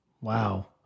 Wow